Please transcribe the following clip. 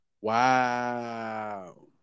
Wow